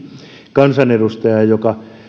kansanedustajaa joka